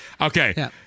Okay